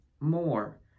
more